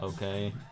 Okay